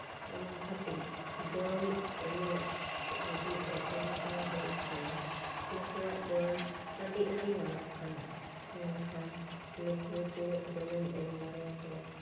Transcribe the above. ᱚᱱᱟ ᱠᱷᱟᱹᱛᱤᱨ ᱡᱚᱢ ᱮᱢᱚᱜ ᱟᱹᱰᱤ ᱚᱥᱩᱵᱤᱫᱷᱟ ᱦᱩᱭᱩᱜ ᱠᱟᱱᱟ ᱱᱩᱠᱩᱣᱟᱜ ᱡᱚᱢ ᱟᱹᱰᱤ ᱟᱹᱰᱤ ᱞᱟᱜᱟᱜ ᱠᱟᱱᱟ ᱢᱮᱱᱠᱷᱟᱱ ᱱᱩᱠᱩ ᱛᱤᱱᱟᱹᱜ ᱡᱚᱢᱮᱢ ᱮᱢ ᱫᱟᱲᱮ ᱟᱠᱚᱣᱟ